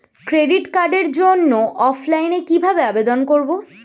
Credit কার্ডের জন্য অফলাইনে কিভাবে আবেদন করব?